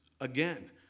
again